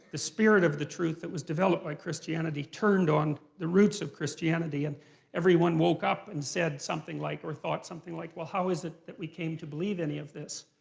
the spirit of the truth that was developed by christianity turned on the roots of christianity. and everyone woke up and said like or thought something like, well how is it that we came to believe any of this?